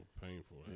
painful